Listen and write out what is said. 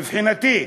מבחינתי,